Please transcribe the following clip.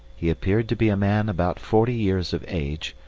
he appeared to be a man about forty years of age,